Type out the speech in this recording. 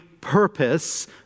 purpose